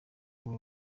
ubu